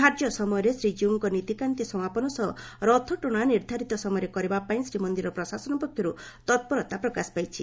ଧାର୍ଯ୍ୟ ସମୟରେ ଶ୍ରୀଜୀଉଙ୍କ ନୀତିକାନ୍ତି ସମାପନ ସହ ରଥଟଣା ନିର୍ଦ୍ଧାରିତ ସମୟରେ କରିବା ପାଇଁ ଶ୍ରୀମନ୍ଦିର ପ୍ରଶାସନ ପକ୍ଷରୁ ତତ୍ପରତା ପ୍ରକାଶ ପାଇଛି